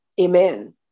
Amen